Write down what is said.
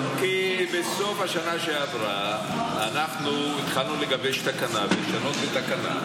כי בסוף השנה שעברה אנחנו התחלנו לגבש תקנה ולשנות תקנה,